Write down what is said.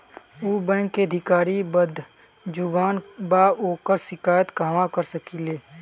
उ बैंक के अधिकारी बद्जुबान बा ओकर शिकायत कहवाँ कर सकी ले